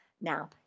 Now